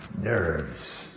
nerves